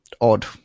odd